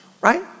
right